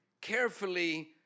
carefully